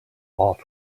off